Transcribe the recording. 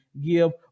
give